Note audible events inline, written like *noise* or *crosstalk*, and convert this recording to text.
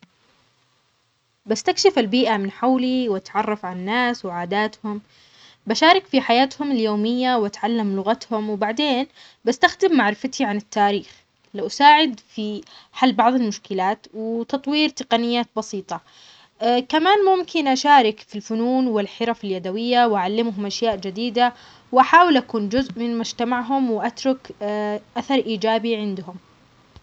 بستكشف البيئة من حولي واتعرف عالناس وعاداتهم، بشارك في حياتهم اليومية واتعلم لغتهم، وبعدين بستخدم معرفتي عن التاريخ لاساعد في حل بعض المشكلات وتطوير تقنيات بسيطة، *hesitation* كمان اشارك في الفنون و الحرف اليدوية و اعلمهم اشياء جديدة، و احاول اكون جزء مجتمعهم و اترك اثر اجابي عندهم.